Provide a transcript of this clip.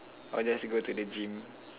or just go to the gym